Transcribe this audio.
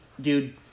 dude